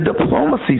diplomacy